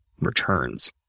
returns